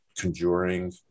conjuring